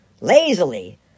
lazily